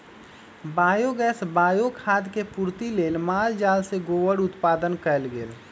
biogas, bio खाद के पूर्ति लेल माल जाल से गोबर उत्पादन कएल गेल